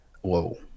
Whoa